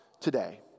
today